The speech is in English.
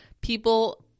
people